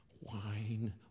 wine